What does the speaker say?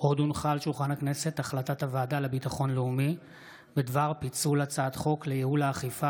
הצעת הוועדה לביטחון לאומי בדבר פיצול הצעת חוק לייעול האכיפה